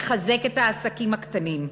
לחזק את העסקים הקטנים,